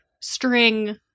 string